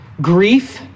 grief